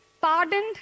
pardoned